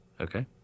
Okay